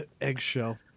Eggshell